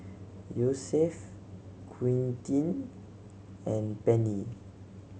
Yosef Quentin and Penni